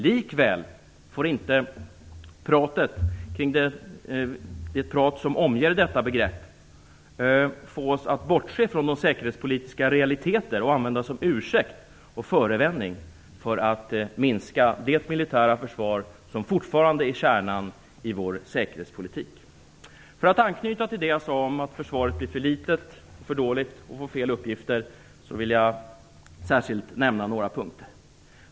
Likväl får det tal som omger detta begrepp inte få oss att bortse från de säkerhetspolitiska realiteterna och användas som ursäkt och förevändning för att minska det militära försvar som fortfarande är kärnan i vår säkerhetspolitik. För att anknyta till det som jag sade om att försvaret blir för litet, för dåligt och får fel uppgifter vill jag särskilt nämna några punkter.